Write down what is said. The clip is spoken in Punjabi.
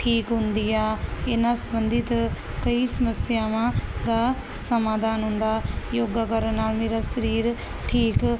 ਠੀਕ ਹੁੰਦੀ ਆ ਇਹਨਾਂ ਸੰਬੰਧਿਤ ਕਈ ਸਮੱਸਿਆਵਾਂ ਦਾ ਸਮਾਧਾਨ ਹੁੰਦਾ ਯੋਗਾ ਕਰਨ ਨਾਲ ਮੇਰਾ ਸਰੀਰ ਠੀਕ